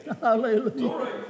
Hallelujah